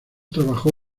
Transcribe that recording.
trabajó